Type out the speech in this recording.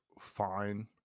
fine